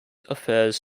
affairs